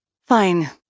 Fine